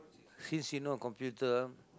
since she not on computer